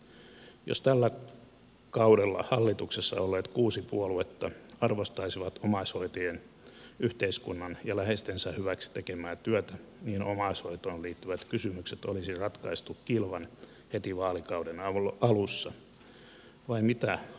jos tällä kaudella hallituksessa olleet kuusi puoluetta arvostaisivat omaishoitajien yhteiskunnan ja läheistensä hyväksi tekemää työtä niin omaishoitoon liittyvät kysymykset olisi ratkaistu kilvan heti vaalikauden alussa vai mitä arvoisat kollegat